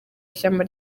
ishyamba